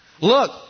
Look